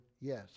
Yes